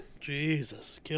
Jesus